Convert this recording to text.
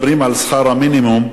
שכר המינימום,